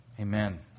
Amen